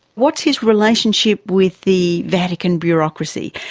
what's his relationship with the vatican bureaucracy?